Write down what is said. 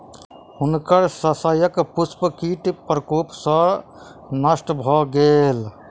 हुनकर शस्यक पुष्प कीट प्रकोप सॅ नष्ट भ गेल